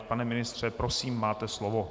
Pane ministře, prosím, máte slovo.